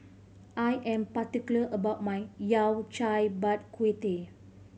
I am particular about my Yao Cai Bak Kut Teh